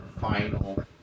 final